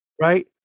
Right